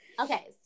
Okay